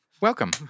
Welcome